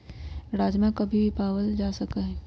राजमा कभी भी पावल जा सका हई